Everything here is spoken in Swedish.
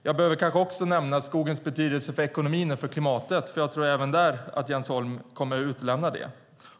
Jag behöver kanske också nämna skogens betydelse för ekonomin och för klimatet, för jag tror att Jens Holm kommer att utelämna även den.